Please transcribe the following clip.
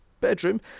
bedroom